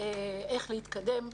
איך להתקדם.